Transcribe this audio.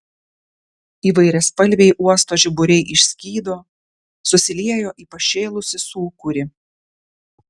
įvairiaspalviai uosto žiburiai išskydo susiliejo į pašėlusį sūkurį